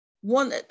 One